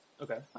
Okay